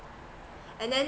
and then